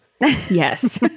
Yes